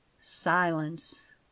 silence